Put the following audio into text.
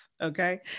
okay